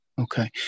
Okay